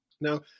Now